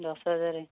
ଦଶ ହଜାର